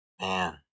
Man